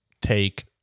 take